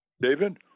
David